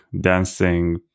dancing